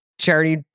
charity